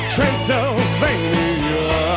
Transylvania